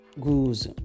Goose